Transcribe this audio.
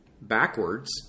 backwards